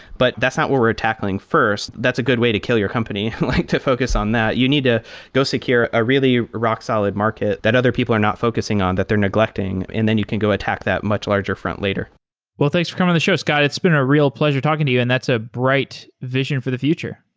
but that's not what we're tackling first. that's a good way to kill your company like to focus on that. you need to go secure a really rock-solid market that other people are not focusing on, that they're neglecting, and then you can go attack that much larger front later well, thanks for coming on the show, scott. it's been a real pleasure talking to you, and that's a bright vision for the future.